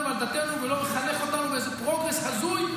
ועל דתנו ולא יחנך אותנו באיזה פרוגרס הזוי,